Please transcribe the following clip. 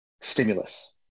stimulus